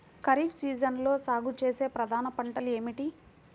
ఖరీఫ్ సీజన్లో సాగుచేసే ప్రధాన పంటలు ఏమిటీ?